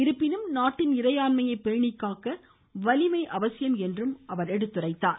இருப்பினும் நாட்டின் இறையாண்மையை பேணிக்காக்க வலிமை அவசியம் என்றும் எடுத்துரைத்தார்